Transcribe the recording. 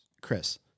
Chris